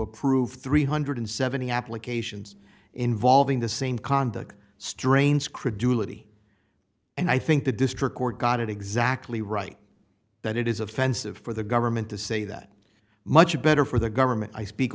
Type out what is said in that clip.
approve three hundred and seventy dollars applications involving the same conduct strains credulity and i think the district court got it exactly right that it is offensive for the government to say that much better for the government i speak